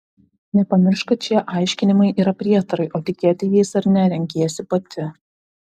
nepamiršk kad šie aiškinimai yra prietarai o tikėti jais ar ne renkiesi pati